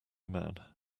man